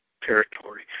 territory